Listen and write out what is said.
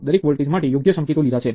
આ node KCL ને કારણે સૂચિત થાય છે